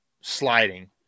sliding